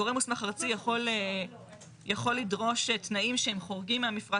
גורם מוסמך ארצי יכול לדרוש תנאים שהם חורגים מהמפרט